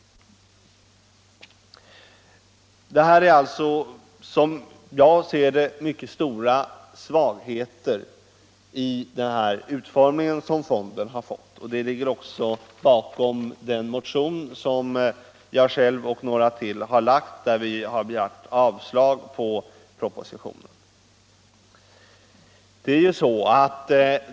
Detta är, som jag ser det, mycket stora svagheter i fondens utformning. Det ligger också bakom den motion som jag och några medmotionärer väckt, där vi begärt avslag på propositionen.